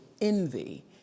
envy